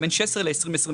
בין 2016 ל-2022,